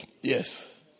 Yes